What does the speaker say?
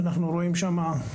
אנחנו רואים שם,